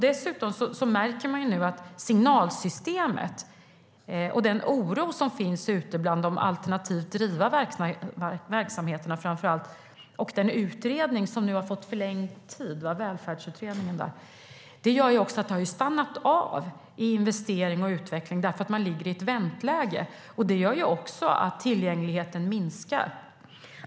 Dessutom märker man nu en oro som finns ute framför allt bland de alternativt drivna verksamheterna. Välfärdsutredningen som nu har fått förlängd tid gör också att investering och utveckling har stannat av, eftersom man befinner sig i ett vänteläge. Det gör också att tillgängligheten minskar.